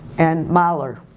and mahler.